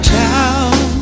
town